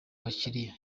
abakiriya